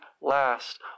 last